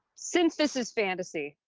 since this is fantasy.